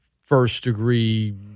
first-degree